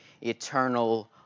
eternal